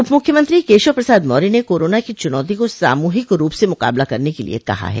उपमुख्यमंत्री केशव प्रसाद मौर्य ने कोरोना की चुनौती को सामूहिक रूप से मुकाबला करने के लिए कहा है